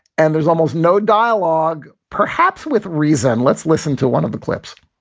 and there's almost no dialogue, perhaps with reason. let's listen to one of the clips,